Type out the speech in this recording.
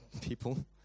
people